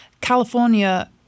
California